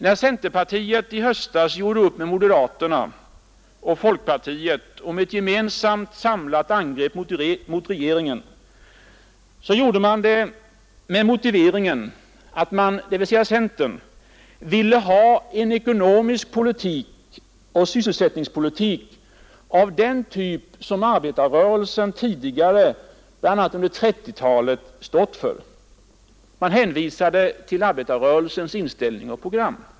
När centerpartiet då gjorde upp med moderaterna och folkpartisterna om ett gemensamt samlat angrepp mot regeringen skedde det med motiveringen att centern ville ha en ekonomisk politik och sysselsättningspolitik av den typ som arbetarrörelsen tidigare, bl.a. under 1930-talet, stått för. Man hänvisade till arbetarrörelsens inställning och program.